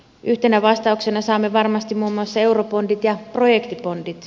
yhtenä vastauksena saamme varmasti muun muassa eurobondit ja projektibondit